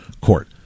Court